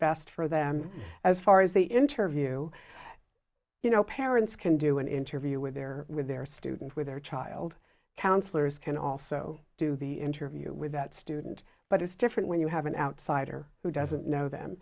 best for them as far as the interview you know parents can do an interview with their with their student with their child counsellors can also do the interview with that student but it's different when you have an outsider who doesn't know them